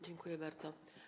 Dziękuję bardzo.